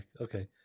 okay